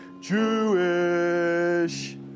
Jewish